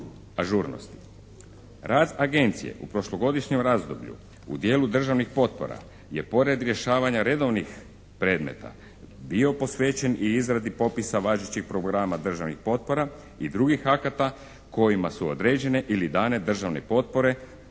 Rad Agencije u prošlogodišnjem razdoblju u dijelu državnih potpora je pored rješavanja redovnih predmeta bio posvećen i izradi popisa važećih …/Govornik se ne razumije./… državnih potpora i drugih akata kojima su određene ili dane državne potpore do